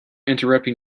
interrupting